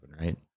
right